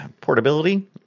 portability